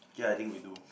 ya I think we do